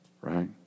Right